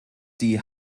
die